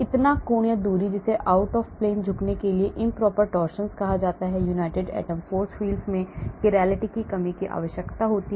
इतना कोण या दूरी जिसे आउट ऑफ प्लेन झुकने के लिए improper torsions कहा जाता है united atom force fields में chirality की कमी की आवश्यकता होती है